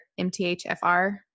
MTHFR